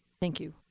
thank you.